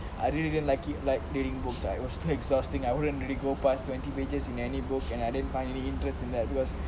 I really didn't like it like hearing books lah it was too exhausting I wouldn't really go past twenty pages in any book and I didn't find any interest in that because